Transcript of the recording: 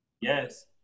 Yes